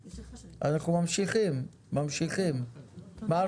הישיבה ננעלה בשעה 10:57.